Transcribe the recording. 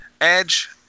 Edge